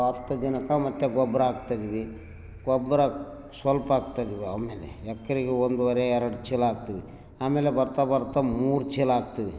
ಹತ್ತು ದಿನಕ್ಕೆ ಮತ್ತು ಗೊಬ್ಬರ ಹಾಕ್ತ ಇದ್ವಿ ಗೊಬ್ಬರ ಸ್ವಲ್ಪ್ ಹಾಕ್ತಯಿದ್ವಿ ಆಮೇಲೆ ಎಕ್ರಿಗೆ ಒಂದುವರೆ ಎರಡು ಚೀಲ ಹಾಕ್ತೀವಿ ಆಮೇಲೆ ಬರ್ತಾ ಬರ್ತಾ ಮೂರು ಚೀಲ ಹಾಕ್ತೀವಿ